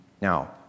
Now